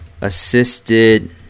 Assisted